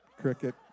cricket